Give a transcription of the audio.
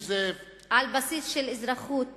על בסיס של אזרחות